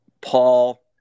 Paul